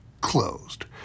closed